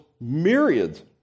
myriads